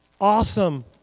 Awesome